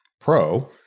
Pro